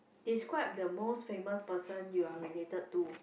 describe the most famous person you are related to